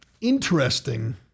interesting